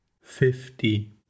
fifty